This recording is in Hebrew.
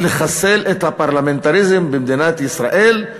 לחסל את הפרלמנטריזם במדינת ישראל,